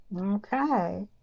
Okay